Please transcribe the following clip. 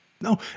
No